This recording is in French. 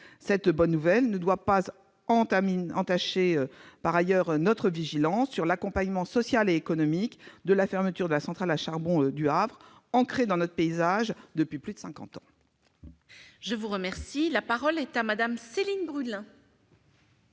cette bonne nouvelle ne doit pas réduire notre vigilance quant à l'accompagnement social et économique de la fermeture de la centrale à charbon du Havre, ancrée dans notre paysage depuis plus de cinquante ans. La parole est à Mme Céline Brulin,